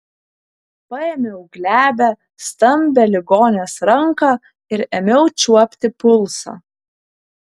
paėmiau glebią stambią ligonės ranką ir ėmiau čiuopti pulsą